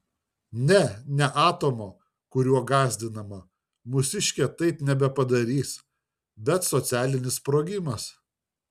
ne ne atomo kuriuo gąsdinama mūsiškė taip nebepadarys bet socialinis sprogimas